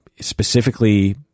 specifically